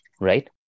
right